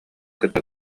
кытта